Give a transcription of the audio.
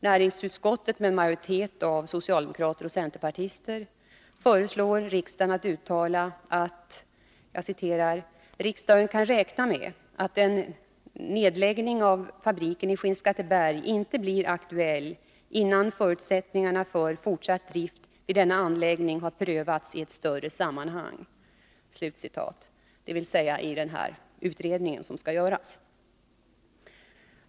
Näringsutskottet, med en majoritet av socialdemokrater och centerpartister, föreslår riksdagen att uttala att ”riksdagen kan räkna med att en nedläggning av fabriken i Skinnskatteberg inte blir aktuell innan förutsättningarna för fortsatt drift vid denna anläggning har prövats i ett större sammanhang” — dvs. i den utredning som skall göras.